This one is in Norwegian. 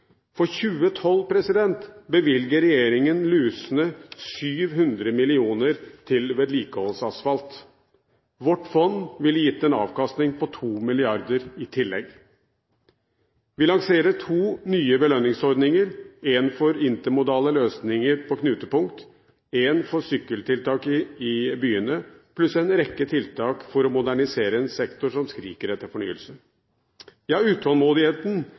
For 2012 bevilger regjeringen lusne 700 mill. kr til vedlikeholdsasfalt. Vårt fond ville gitt en avkastning på 2 mrd. kr i tillegg. Vi lanserer to nye belønningsordninger, én for intermodale løsninger på knutepunkt og én for sykkeltiltak i byene, pluss en rekke tiltak for å modernisere en sektor som skriker etter fornyelse. Ja, utålmodigheten